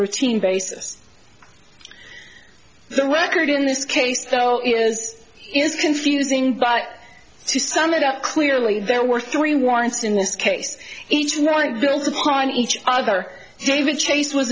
routine basis the record in this case though is is confusing but to sum it up clearly there were three warrants in this case each one builds upon each other david chase was